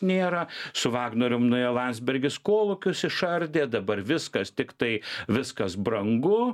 nėra su vagnorium nuėjo landsbergis kolūkius išardė dabar viskas tiktai viskas brangu